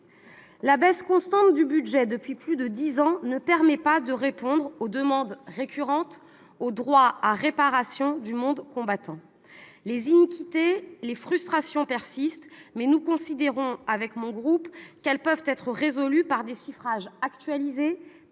La baisse constante du budget depuis plus de dix ans ne permet pas de répondre aux demandes récurrentes et au droit à réparation du monde combattant. Les iniquités et les frustrations persistent, mais nous considérons, au groupe communiste républicain citoyen et écologiste, qu'elles peuvent être résolues par des chiffrages actualisés